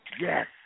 yes